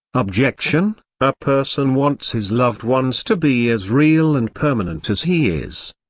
objection a person wants his loved ones to be as real and permanent as he is.